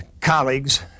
colleagues